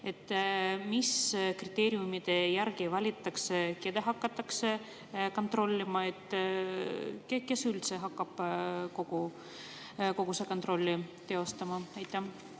Mis kriteeriumide järgi valitakse, keda hakatakse kontrollima? Kes üldse hakkab kogu seda kontrolli teostama? Austatud